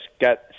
got